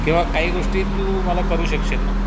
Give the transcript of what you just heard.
किंवा काही गोष्टी तू मला करू शकशील ना